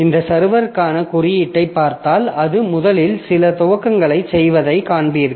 இந்த சர்வற்கான குறியீட்டைப் பார்த்தால் அது முதலில் சில துவக்கங்களைச் செய்வதைக் காண்பீர்கள்